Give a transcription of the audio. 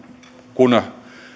kun